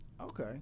Okay